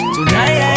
Tonight